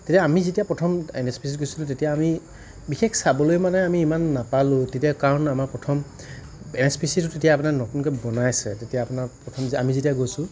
তেতিয়া আমি যেতিয়া প্ৰথম এন এছ পি চি গৈছিলোঁ তেতিয়া আমি বিশেষ চাবলৈ মানে আমি ইমান নাপালোঁ তেতিয়া কাৰণ আমাৰ প্ৰথম এন এছ পি চি টো তেতিয়া আপোনাৰ নতুনকৈ বনাইছে তেতিয়া আপোনাৰ প্ৰথম আমি যেতিয়া গৈছোঁ